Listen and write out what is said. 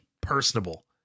personable